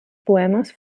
poemes